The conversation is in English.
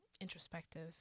introspective